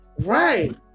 right